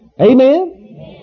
amen